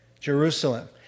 Jerusalem